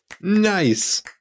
Nice